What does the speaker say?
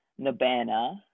Nabana